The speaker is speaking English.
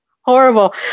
horrible